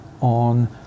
on